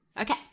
Okay